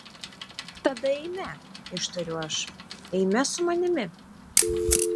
tada eime ištariu aš eime su manimi